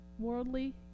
Worldly